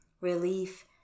relief